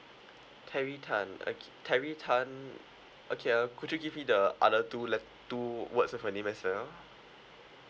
terry tan okay terry tan okay uh could you give me the other two let~ two words of your name as well